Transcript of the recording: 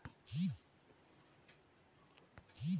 YONO SBI ನ PIN ಮರ್ತೋಗಿದೆ ಹೊಸ ಪಿನ್ ಹಾಕಿ ಕೊಡ್ತೀರಾ?